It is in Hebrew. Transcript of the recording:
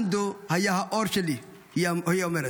אנדו היה האור שלי, היא אומרת,